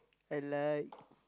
I like